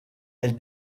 elle